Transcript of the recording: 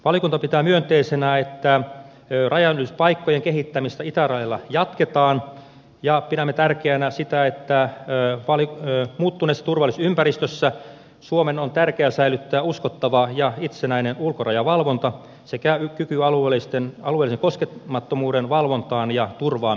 valiokunta pitää myönteisenä että rajanylityspaikkojen kehittämistä itärajalla jatketaan ja pidämme tärkeänä sitä että muuttuneessa turvallisuusympäristössä suomen on tärkeää säilyttää uskottava ja itsenäinen ulkorajavalvonta sekä kyky alueellisen koskemattomuuden valvontaan ja turvaamiseen